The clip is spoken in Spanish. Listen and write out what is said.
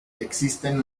existen